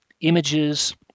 images